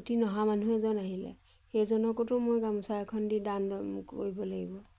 অতি নহা মানুহ এজন আহিলে সেইজনকোতো মই গামোচা এখন দি দান কৰিব লাগিব